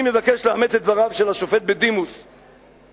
אני מבקש לאמץ את דבריו של השופט בדימוס חשין,